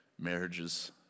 marriages